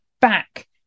back